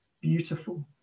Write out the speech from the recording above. beautiful